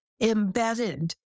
embedded